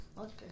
Okay